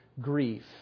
Grief